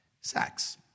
sex